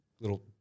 little